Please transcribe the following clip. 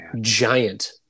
Giant